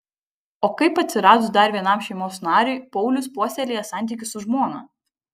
o kaip atsiradus dar vienam šeimos nariui paulius puoselėja santykius su žmona